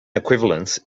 equivalence